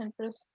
Pinterest